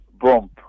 bump